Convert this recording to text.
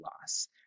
loss